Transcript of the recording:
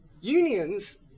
unions